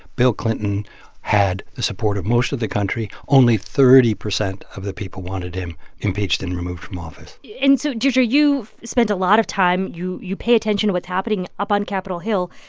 bill clinton had the support of most of the country. only thirty percent of the people wanted him impeached and removed from office and so deirdre, you spent a lot of time you you pay attention what's happening up on capitol hill.